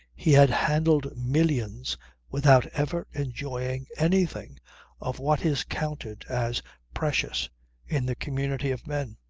he had handled millions without ever enjoying anything of what is counted as precious in the community of men,